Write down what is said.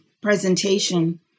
presentation